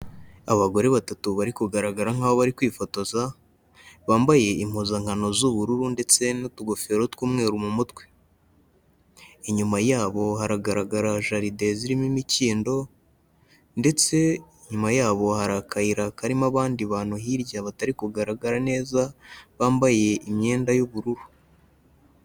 Abagore batatu bari kugaragara nk'aho bari kwifotoza, bambaye impuzankano z'ubururu ndetse n'utugofero tw'umweru mu mutwe, inyuma ya bo haragaragara jaride zirimo imikindo, ndetse inyuma ya bo hari akayira karimo abandi bantu hirya batari kugaragara neza bambaye imyenda y'ubururu.